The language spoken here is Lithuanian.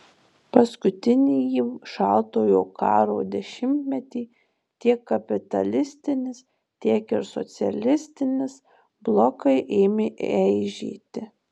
paskutinįjį šaltojo karo dešimtmetį tiek kapitalistinis tiek ir socialistinis blokai ėmė eižėti